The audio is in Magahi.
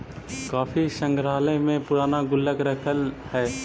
काफी संग्रहालय में पूराना गुल्लक रखल हइ